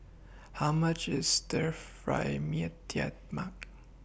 How much IS Stir Fry Mee Tai Mak